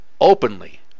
openly